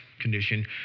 condition